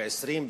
ב-20,